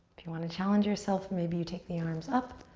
if you wanna challenge yourself, maybe you take the arms up.